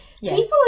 people